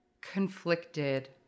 conflicted